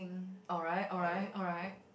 alright alright alright